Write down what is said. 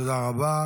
תודה רבה.